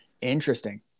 Interesting